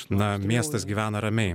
na miestas gyvena ramiai